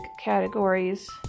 categories